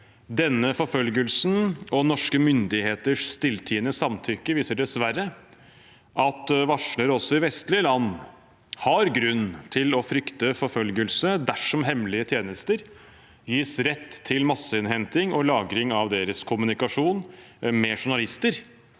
Denne forfølgelsen og norske myndigheters stilltiende samtykke viser dessverre at varslere, også i vestlige land, har grunn til å frykte forfølgelse dersom hemmelige tjenester gis rett til masseinnhenting og -lagring av deres kommunikasjon med journalister,